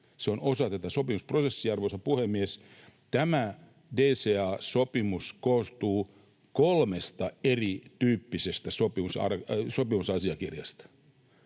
se on osa tätä sopimusprosessia. Arvoisa puhemies! Tämä DCA-sopimus koostuu kolmesta erityyppisestä sopimusasiakirjasta.